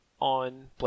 on